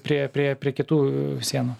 prie prie prie kitų sienų